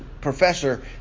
professor